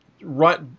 right